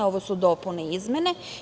Ovo su dopune i izmene.